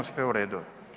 Sve je u redu.